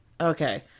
Okay